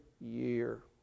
year